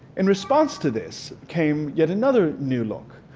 in response to this came yet another new look